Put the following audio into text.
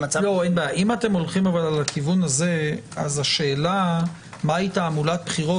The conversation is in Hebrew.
אבל אם אתם הולכים לכיוון הזה אז השאלה מהי תעמולת בחירות